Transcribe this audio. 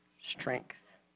strength